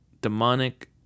demonic